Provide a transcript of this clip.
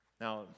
Now